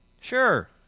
Sure